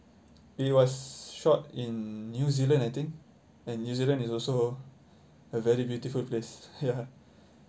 it was shot in new zealand I think and new zealand is also a very beautiful place ya